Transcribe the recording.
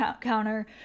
counter